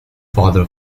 father